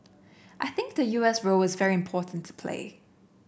I think the U S role is very important to play